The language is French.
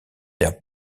der